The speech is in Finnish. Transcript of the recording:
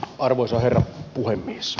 arvoisa herra puhemies